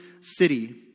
city